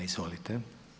Izvolite.